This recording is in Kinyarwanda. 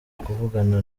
kuvugana